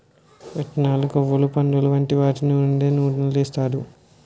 విత్తనాలు, కొవ్వులు, పండులు వంటి వాటి నుండి నూనెలు తీస్తారు